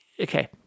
okay